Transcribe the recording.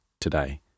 today